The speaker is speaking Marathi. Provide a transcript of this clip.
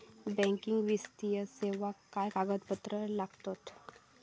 बँकिंग वित्तीय सेवाक काय कागदपत्र लागतत?